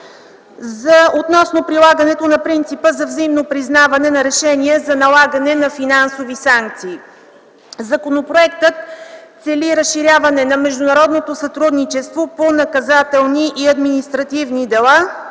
г. относно прилагането на принципа за взаимно признаване на решения за налагане на финансови санкции. Законопроектът цели разширяване на международното сътрудничество по наказателни и административни дела